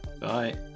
bye